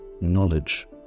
knowledge